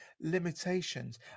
limitations